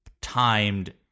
timed